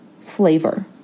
flavor